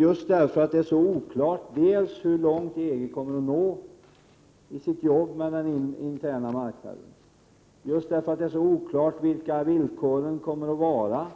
Just därför att det är så oklart dels hur långt EG kommer att nå i sina strävanden beträffande den interna marknaden, dels vilka villkor man från EG:s sida kommer att ställa